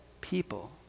people